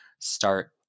start